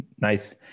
Nice